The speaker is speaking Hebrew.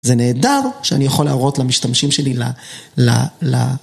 זה נהדר שאני יכול להראות למשתמשים שלי ל...